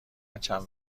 چند